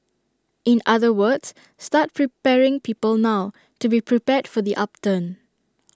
in other words start preparing people now to be prepared for the upturn